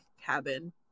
cabin